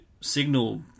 signal